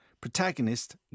protagonist